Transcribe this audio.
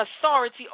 authority